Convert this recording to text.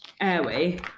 airway